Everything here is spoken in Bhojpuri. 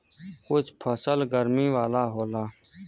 कुछ फसल गरमी वाला होला